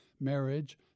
marriage